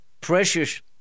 precious